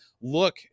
look